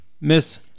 Miss